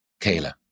Kayla